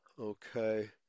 Okay